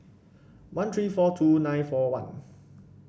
one three four two nine four one